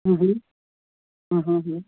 جی جی ہاں ہاں ہاں